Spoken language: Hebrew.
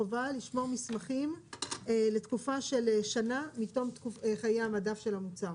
חובה לשמור מסמכים לתקופה של שנה מתום חיי המדף של המוצר